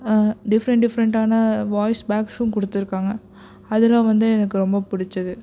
different டிஃப்ரெண்டான voice பேக்ஸும் கொடுத்துருக்காங்க அதெலாம் வந்து எனக்கு ரொம்ப பிடிச்சது